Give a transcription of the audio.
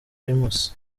primus